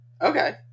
Okay